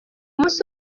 munsi